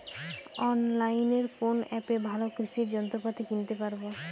অনলাইনের কোন অ্যাপে ভালো কৃষির যন্ত্রপাতি কিনতে পারবো?